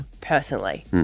personally